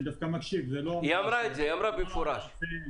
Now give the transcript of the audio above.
היא אמרה במפורש.